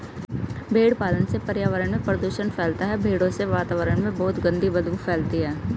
भेड़ पालन से पर्यावरण में प्रदूषण फैलता है भेड़ों से वातावरण में बहुत गंदी बदबू फैलती है